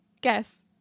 Guess